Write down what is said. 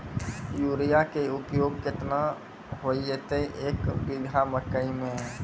Urea के उपयोग केतना होइतै, एक बीघा मकई मे?